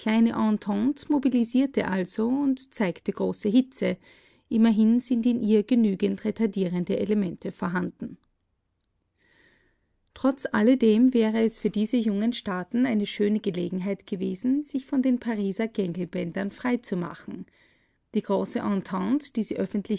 mobilisierte also und zeigte große hitze immerhin sind in ihr genügend retardierende elemente vorhanden trotz alledem wäre es für diese jungen staaten eine schöne gelegenheit gewesen sich von den pariser gängelbändern frei zu machen die große entente die